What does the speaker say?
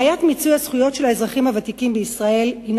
בעיית מיצוי הזכויות של האזרחים הוותיקים בישראל הינה